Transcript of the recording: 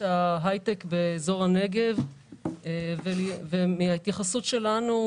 ההיי-טק באזור הנגב וההתייחסות שלנו.